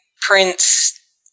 prince